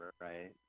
Right